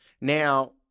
Now